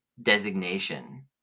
designation